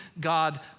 God